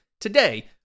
today